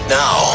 now